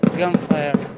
gunfire